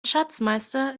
schatzmeister